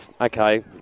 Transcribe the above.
okay